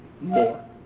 more